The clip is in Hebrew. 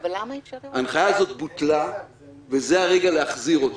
ההנחיה הזאת בוטלה וזה הרגע להחזיר אותה.